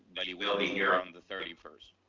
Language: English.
but he will be here on the thirty first.